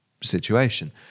situation